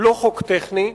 הוא לא חוק טכני,